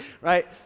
right